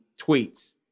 tweets